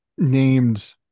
Named